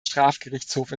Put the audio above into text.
strafgerichtshof